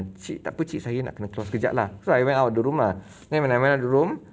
cik takpe cik saya nak kena keluar sekejap lah so I went out of the room lah then when I went out the room